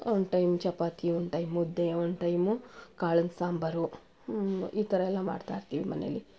one time chapati one time ಮುದ್ದೆ one time ಕಾಳಿನ ಸಾಂಬಾರು ಈ ಥರ ಎಲ್ಲ ಮಾಡ್ತಾಯಿರ್ತೀವಿ ಮನೆಯಲ್ಲಿ